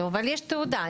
אבל יש תעודה.